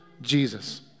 Jesus